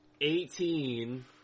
Eighteen